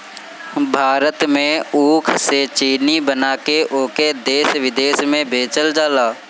भारत में ऊख से चीनी बना के ओके देस बिदेस में बेचल जाला